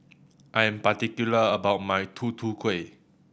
I am particular about my Tutu Kueh